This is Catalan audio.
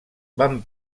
van